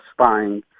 spying